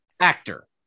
actor